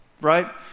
right